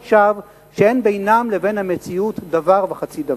שווא שאין בינם לבין המציאות דבר וחצי דבר.